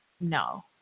no